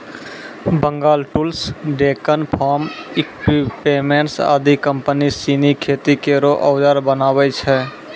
Bengal tools, Deccan farm equipments आदि company सिनी खेती केरो औजार बनावै छै